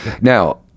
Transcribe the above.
Now